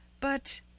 But—